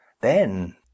then